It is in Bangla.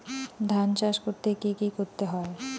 ধান চাষ করতে কি কি করতে হয়?